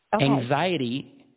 Anxiety